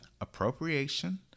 appropriation